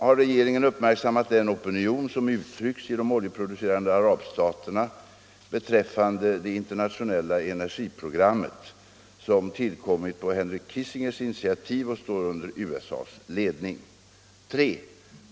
Har regeringen uppmärksammat den opinion som uttrycks i de oljeproducerande arabstaterna beträffande det internationella energiprogrammet, som tillkommit på Henry Kissingers initiativ och står under USA:s ledning? 3.